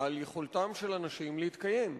על יכולתם של אנשים להתקיים,